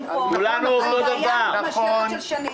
חושבים שאנחנו נגיע לפתרון,